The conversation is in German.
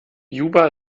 juba